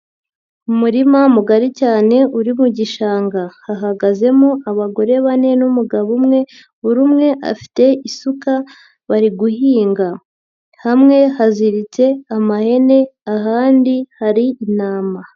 Umurima mugari cyane uri mu gishanga. Hahagazemo abagore bane n'umugabo umwe buri umwe afite isuka bari guhinga. Hamwe haziritse amahene ahandi hari intama.